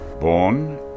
born